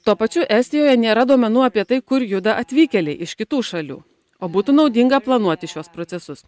tuo pačiu estijoje nėra duomenų apie tai kur juda atvykėliai iš kitų šalių o būtų naudinga planuoti šiuos procesus